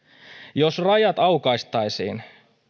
jos rajat aukaistaisiin